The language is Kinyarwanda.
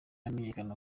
amenyekana